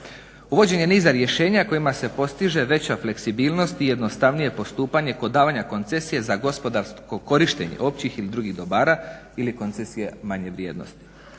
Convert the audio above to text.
Uvođenje niza rješenja kojima se postiže veća fleksibilnost i jednostavnije postupanje kod davanja koncesije za gospodarsko korištenje općih ili drugih dobara ili koncesije manje vrijednosti.